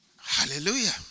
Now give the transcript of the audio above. Hallelujah